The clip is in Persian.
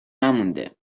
نمونده